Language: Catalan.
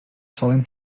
solen